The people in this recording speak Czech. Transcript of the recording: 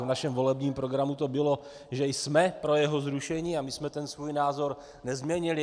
V našem volebním programu to bylo, že jsme pro jeho zrušení, a my jsme svůj názor nezměnili.